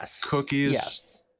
cookies